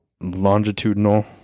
longitudinal